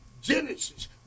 Genesis